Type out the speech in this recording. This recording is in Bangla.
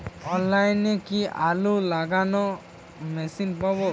অনলাইনে কি আলু লাগানো মেশিন পাব?